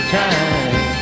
time